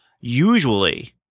usually